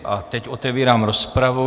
A teď otevírám rozpravu.